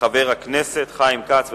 חבר הכנסת חיים כץ.